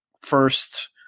first